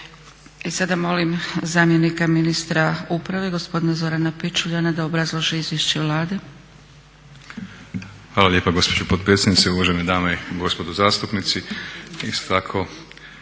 I sada molim zamjenika ministra uprave gospodina Zorana Pičuljana da obrazloži izvješće Vlade. **Pičuljan, Zoran** Hvala lijepo gospođo potpredsjednice, uvažene dame i gospodo zastupnici.